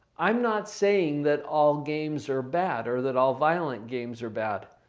i'm not saying that all games are bad or that all violent games are bad.